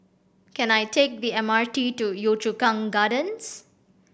can I take the M R T to Yio Chu Kang Gardens